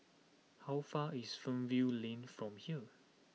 how far is Fernvale Lane from here